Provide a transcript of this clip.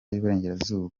y’uburengerazuba